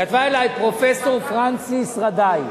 כתבה לי פרופסור פרנסס רדאי.